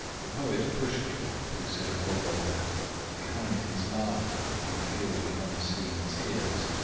the poet pushkin, who said of gogol that behind his laughter you feel the unseen tears,